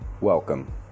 welcome